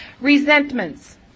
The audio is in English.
Resentments